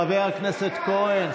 חבר הכנסת גולן.